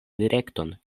direkton